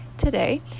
Today